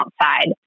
outside